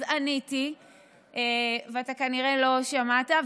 אז עניתי וכנראה שלא שמעת,